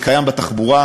זה קיים בתחבורה,